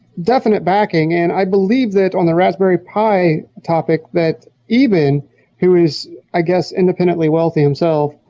definite backing and i believed it on the raspberry pie topic that eben who is, i guess, independently wealthy himself